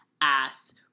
ass